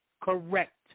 correct